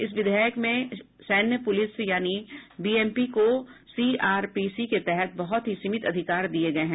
इस विधेयक में सैन्य पुलिस यानी बीएमपी को सीआरपीसी के तहत बहुत ही सीमित अधिकार दिये गये हैं